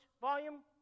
volume